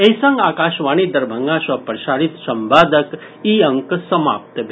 एहि संग आकाशवाणी दरभंगा सँ प्रसारित संवादक ई अंक समाप्त भेल